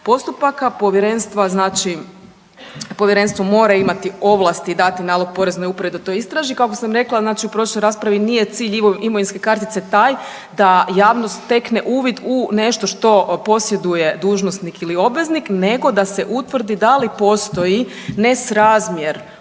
postupaka povjerenstva. Znači povjerenstvo mora imati ovlasti dati nalog poreznoj upravi da to istraži. Kako sam rekla znači u prošlo raspravi nije cilj imovinske kartice taj da javnost stekne uvid u nešto što posjeduje dužnosnik ili obveznik nego da se utvrdi da li postoji nesrazmjer